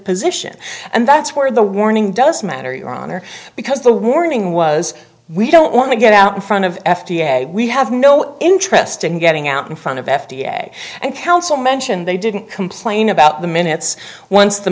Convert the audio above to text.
position and that's where the warning does matter your honor because the warning was we don't want to get out in front of f d a we have no interest in getting out in front of f d a and council mentioned they didn't complain about the minutes once the